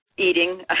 eating